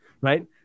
right